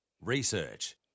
Research